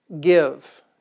Give